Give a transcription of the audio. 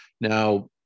Now